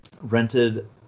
rented